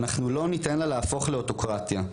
אנחנו לא ניתן לה להפוך לאוטוקרטיה,